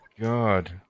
God